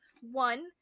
One